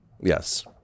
yes